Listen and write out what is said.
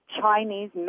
Chinese